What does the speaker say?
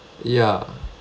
ya